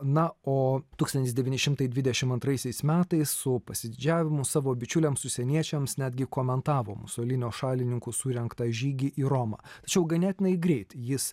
na o tūkstantis devyni šimtai dvidešimt antraisiais metais su pasididžiavimu savo bičiuliams užsieniečiams netgi komentavo musolinio šalininkų surengtą žygį į romą tačiau ganėtinai greit jis